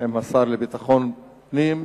עם השר לביטחון פנים,